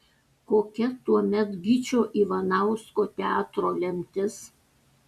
kokia tuomet gyčio ivanausko teatro lemtis